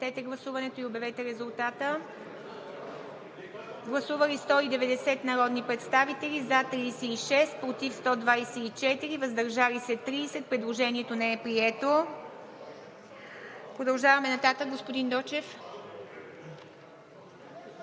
не е подкрепено от Комисията. Гласували 190 народни представители: за 36, против 124, въздържали се 30. Предложението не е прието. Продължаваме нататък. Господин Дочев,